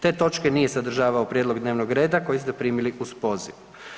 Te točke nije sadržavao prijedlog dnevnog reda koji ste primili uz poziv.